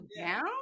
down